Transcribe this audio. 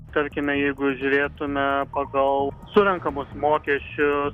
tarkime jeigu žiūrėtume pagal surenkamus mokesčiu